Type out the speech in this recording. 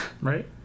Right